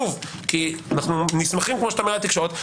כי אנו נסמכים על התקשורת.